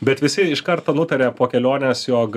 bet visi iš karto nutarė po kelionės jog